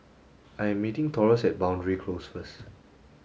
I am meeting Taurus at Boundary Close first